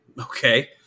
Okay